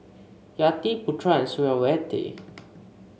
Yati Putra Suriawati